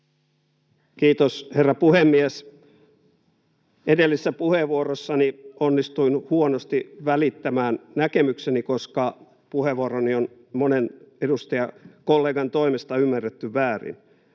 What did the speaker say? Kiitos, herra puhemies! Edellisessä puheenvuorossani onnistuin huonosti välittämään näkemykseni, ja puheenvuoroni on monen edustajakollegan toimesta ymmärretty väärin.